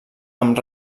amb